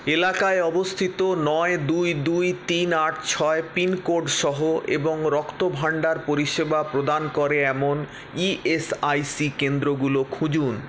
এলাকায় অবস্থিত নয় দুই দুই তিন আট ছয় পিনকোড সহ এবং রক্তভাণ্ডার পরিষেবা প্রদান করে এমন ইএসআইসি কেন্দ্রগুলো খুঁজুন